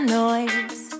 noise